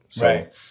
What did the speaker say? Right